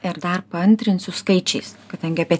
ir dar paantrinsiu skaičiais kadangi apie